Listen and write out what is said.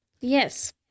Yes